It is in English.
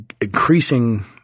increasing